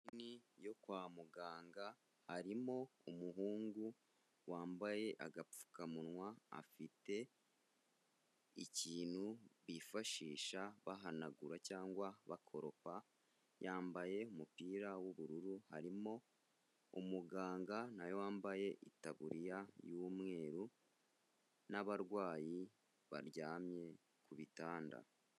Ini yo kwa muganga harimo umuhungu wambaye agapfukamunwa afite ikintu bifashisha bahanagura cyangwa bakoropa yambaye umupira w'ubururu harimo umuganga wambaye itaburiya y'umweru n’abarwayi baryamye ku bitanda.